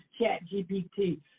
ChatGPT